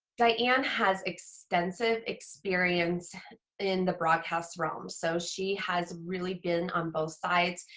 diane has extensive experience in the broadcast realm, so she has really been on both sides.